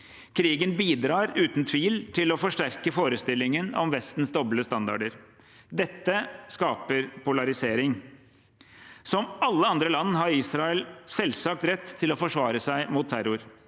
Krigen bidrar uten tvil til å forsterke forestillingen om Vestens doble standarder. Dette skaper polarisering. Som alle andre land har Israel selvsagt rett til å forsvare seg mot terror.